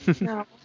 No